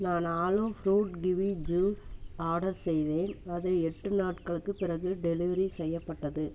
நான் ஆலோ fruit kiwi juice order செய்தேன் அது எட்டு நாட்களுக்குப் பிறகு டெலிவரி செய்யப்பட்டது